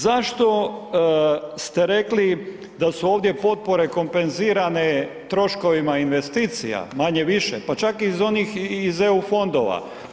Zašto ste rekli da su ovdje potpore kompenzirane troškovima investicija, manje-više, pa čak i iz onih iz EU fondova.